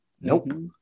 Nope